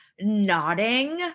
nodding